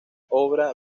obra